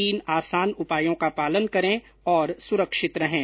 तीन आसान उपायों का पालन करें और सुरक्षित रहें